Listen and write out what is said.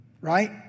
right